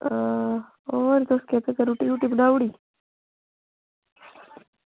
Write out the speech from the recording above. होर तुस केह् करा दे रुट्टी बनाई ओड़दी